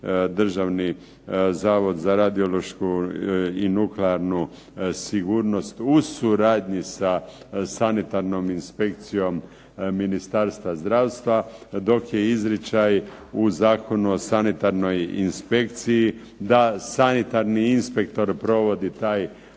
Državni zavod za radiološku i nuklearnu sigurnost u suradnji sa sanitarnom inspekcijom Ministarstva zdravstva, dok je izričaj u Zakonu o sanitarnoj inspekciji da sanitarni inspektor provodi taj